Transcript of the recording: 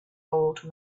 old